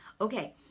okay